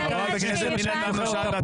חברת הכנסת פנינה תמנו שטה,